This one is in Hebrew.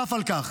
נוסף על כך,